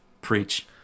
Preach